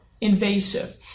invasive